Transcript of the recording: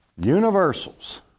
Universals